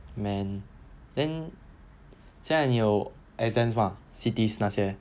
man then 现在你有 exams mah C_T's 那些